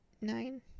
nine